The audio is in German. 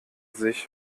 sich